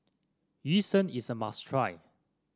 Yu Sheng is a must try